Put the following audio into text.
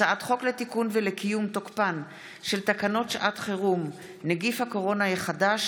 הצעת חוק לתיקון ולקיום תוקפן של תקנות שעת חירום (נגיף הקורונה החדש,